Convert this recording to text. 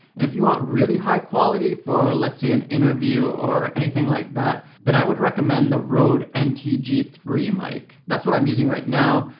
and if you want really high-quality, for let's say an interview, or anything like that, then i would recommend the rode n t g three mic. that's what i'm using right now,